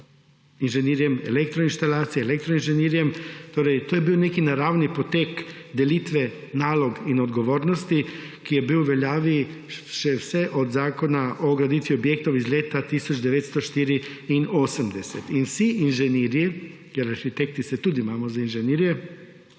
inženirjem elektroinstalacij, elektro inženirjem. Torej, to je bil nek naraven potek delitve nalog in odgovornosti, ki je bil v veljavi vse od Zakona o graditvi objektov iz leta 1984. In vsi inženirji, ker arhitekti se tudi imamo za inženirje,